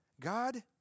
God